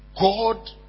God